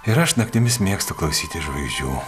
ir aš naktimis mėgstu klausytis žvaigždžių